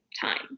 time